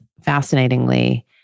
fascinatingly